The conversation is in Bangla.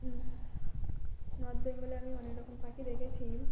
নর্থ বেঙ্গলে আমি অনেক রকম পাখি দেখেছি